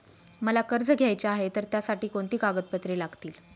मला कर्ज घ्यायचे आहे तर त्यासाठी कोणती कागदपत्रे लागतील?